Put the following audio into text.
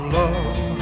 love